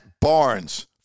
Barnes